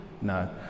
no